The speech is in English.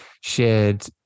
shared